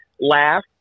laugh